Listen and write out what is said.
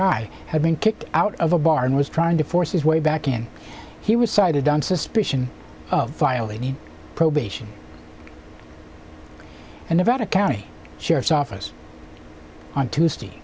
guy had been kicked out of a bar and was trying to force his way back in he was cited on suspicion of violating probation and nevada county sheriff's office on tuesday